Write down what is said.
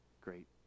great